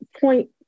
point